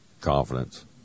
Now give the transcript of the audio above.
Confidence